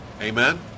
amen